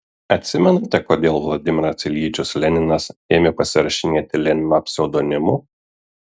atsimenate kodėl vladimiras iljičius leninas ėmė pasirašinėti lenino pseudonimu